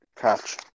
catch